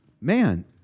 Man